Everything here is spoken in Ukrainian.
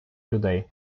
людей